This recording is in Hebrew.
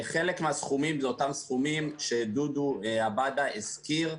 חלק מהסכומים הם אותם סכומים שדודו עבאדא הזכיר,